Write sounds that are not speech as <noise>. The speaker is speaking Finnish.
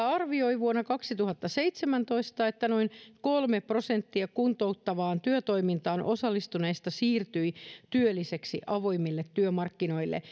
<unintelligible> arvioi vuonna kaksituhattaseitsemäntoista että noin kolme prosenttia kuntouttavaan työtoimintaan osallistuneista siirtyi työlliseksi avoimille työmarkkinoille <unintelligible>